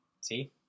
See